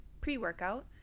pre-workout